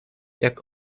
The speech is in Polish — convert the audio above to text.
jak